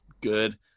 good